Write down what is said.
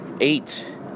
eight